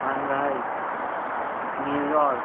Shanghai New York